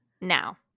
now